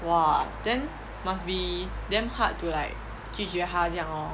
!wah! then must be damn hard to like 拒绝他这样咯